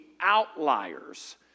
outliers